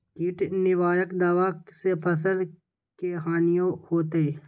किट निवारक दावा से फसल के हानियों होतै?